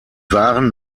waren